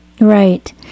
Right